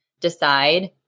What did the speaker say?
decide